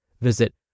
Visit